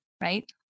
right